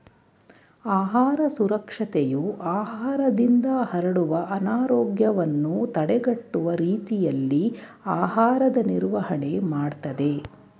ಆಹಾರ ಸುರಕ್ಷತೆಯು ಆಹಾರದಿಂದ ಹರಡುವ ಅನಾರೋಗ್ಯವನ್ನು ತಡೆಗಟ್ಟುವ ರೀತಿಯಲ್ಲಿ ಆಹಾರದ ನಿರ್ವಹಣೆ ಮಾಡ್ತದೆ